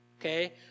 okay